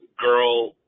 girl